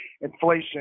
inflation